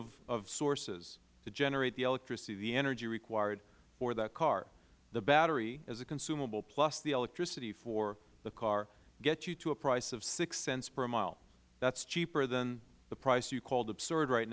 of sources to generate the electricity the energy required for that car the battery is a consumable plus the electricity for the car gets you to a price of six cents per mile that is cheaper than the price you called absurd right